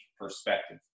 perspective